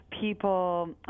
people